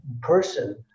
person